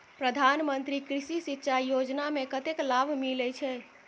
प्रधान मंत्री कृषि सिंचाई योजना मे कतेक लाभ मिलय छै?